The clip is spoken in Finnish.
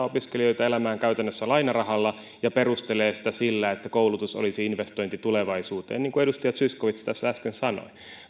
opiskelijoita elämään käytännössä lainarahalla ja perustelee sitä sillä että koulutus olisi investointi tulevaisuuteen niin kuin edustaja zyskowicz tässä äsken sanoi